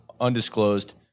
undisclosed